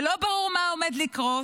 ולא ברור מה עומד לקרות,